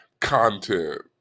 content